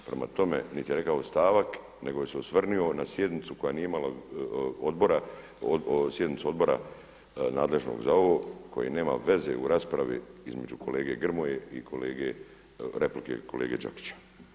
Prema tome, niti je rekao stavak nego se je osvrnuo na sjednicu koja nije imala, sjednicu Odbora nadležnog za ovo koji nema veze u raspravi između kolege Grmoje i replike kolege Đakića.